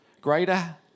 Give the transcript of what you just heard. Greater